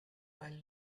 while